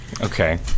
Okay